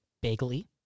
Bagley